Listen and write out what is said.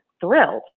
thrilled